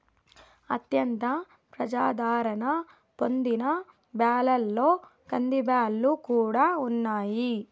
అత్యంత ప్రజాధారణ పొందిన బ్యాళ్ళలో కందిబ్యాల్లు కూడా ఉన్నాయి